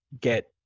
get